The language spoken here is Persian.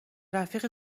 رفیق